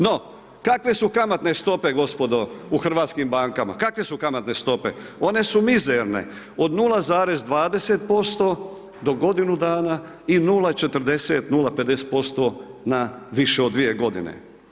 No, kakve su kamatne stope gospodo u hrvatskim bankama, kakve su kamatne stope, one su mizerne od 0,20% do godinu dana i 0,40 0,50% na više od dvije godine.